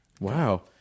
wow